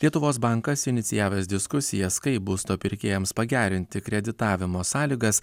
lietuvos bankas inicijavęs diskusijas kaip būsto pirkėjams pagerinti kreditavimo sąlygas